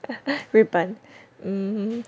日本 hmm